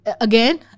Again